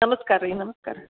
ನಮಸ್ಕಾರ ರೀ ನಮಸ್ಕಾರ